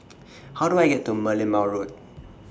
How Do I get to Merlimau Road